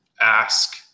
ask